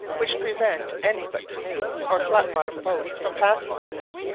which prevent any but canoes or flat-bottomed boats from passing on them,